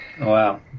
Wow